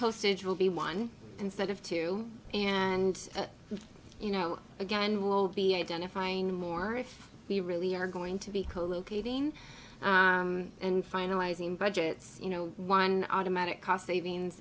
postage will be one instead of two and you know again will be identifying more if we really are going to be co locating and finalizing budgets you know one automatic cost savings